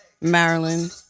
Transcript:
Maryland